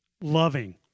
loving